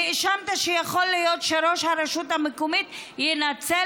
האשמת שיכול להיות שראש הרשות המקומית ינצל